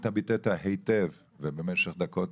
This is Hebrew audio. אתה ביטאת היטב ובמשך דקות